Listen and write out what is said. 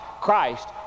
Christ